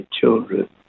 children